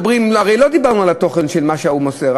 הרי לא דיברנו על התוכן של מה שההוא מוסר.